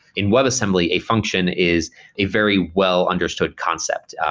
in webassembly, a function is a very well understood concept.